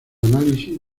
análisis